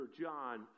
John